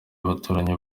abaturanyi